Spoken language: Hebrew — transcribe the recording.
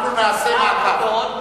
חבר הכנסת גפני,